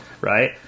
right